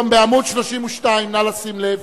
בעמוד 32, נא לשים לב.